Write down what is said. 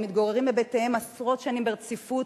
המתגוררים בבתיהם עשרות שנים ברציפות,